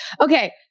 Okay